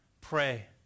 pray